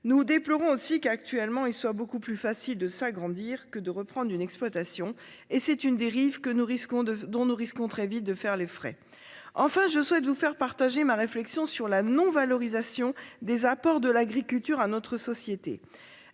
Nous déplorons aussi qu'actuellement, il soit beaucoup plus facile de s'agrandir, que de reprendre une exploitation et c'est une dérive que nous risquons de dont nous risquons très vite de faire les frais. Enfin, je souhaite vous faire partager ma réflexion sur la non-valorisation des apports de l'agriculture à notre société